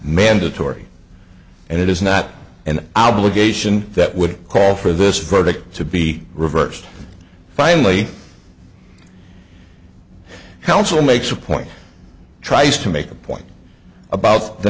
mandatory and it is not an obligation that would call for this product to be reversed finally counsel makes a point tries to make a point about the